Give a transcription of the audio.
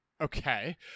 Okay